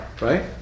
right